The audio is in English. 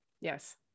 Yes